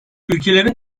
ülkelerin